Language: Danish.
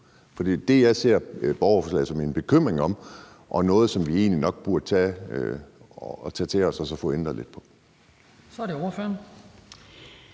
For det er det, jeg ser borgerforslaget som en bekymring for, og det er noget, som vi egentlig nok burde tage til os og så få ændret lidt på. Kl. 19:06 Den